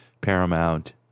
Paramount